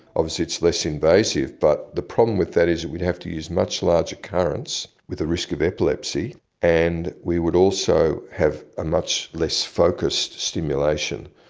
it's it's less invasive, but the problem with that is we'd have to use much larger currents with the risk of epilepsy and we would also have a much less focused stimulation.